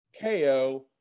KO